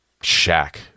shack